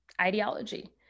ideology